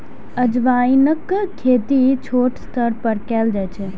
अजवाइनक खेती छोट स्तर पर कैल जाइ छै